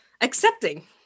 accepting